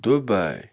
Dubai